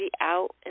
out